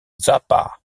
zappa